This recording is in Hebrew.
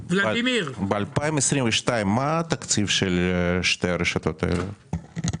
ב-2022 מה התקציב של שתי הרשתות האלה?